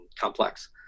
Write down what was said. complex